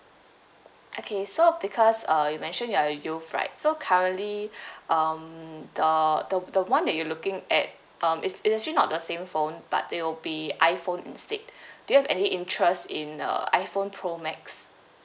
okay so because uh you mentioned you're a youth right so currently um the the the [one] that you're looking at um is it's actually not the same phone but they will be iphone instead do you have any interest in uh iPhone pro max